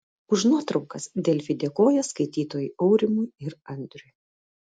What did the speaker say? už nuotraukas delfi dėkoja skaitytojui aurimui ir andriui